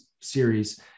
series